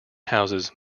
houses